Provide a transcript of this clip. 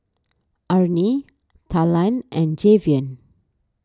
Arnie Talan and Javion